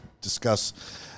discuss